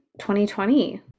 2020